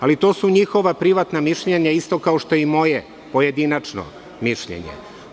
Ali to su njihova privatna mišljenja isto kao što je i moje pojedinačno mišljenje.